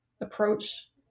approach